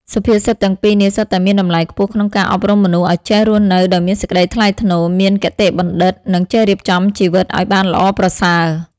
សុភាសិតទាំងពីរនេះ សុទ្ធតែមានតម្លៃខ្ពស់ក្នុងការអប់រំមនុស្សឲ្យចេះរស់នៅដោយមានសេចក្តីថ្លៃថ្នូរ មានគតិបណ្ឌិត និងចេះរៀបចំជីវិតឲ្យបានល្អប្រសើរ។